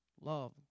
Love